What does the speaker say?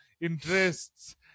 interests